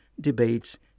debates